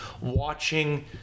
watching